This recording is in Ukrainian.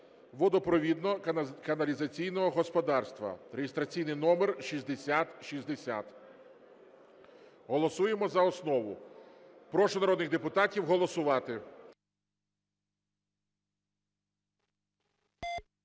водопровідно-каналізаційного господарства (реєстраційний номер 6060). Голосуємо за основу. Прошу народних депутатів голосувати.